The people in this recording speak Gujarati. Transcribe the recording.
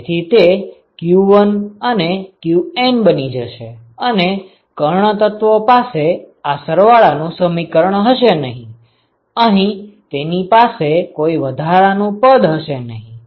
તેથી તે q1 અને qN બની જશે અને કર્ણ તત્વો પાસે આ સરવાળા નું સમીકરણ હશે નહિ અહીં તેની પાસે કોઈ વધારા નું પદ હશે નહિ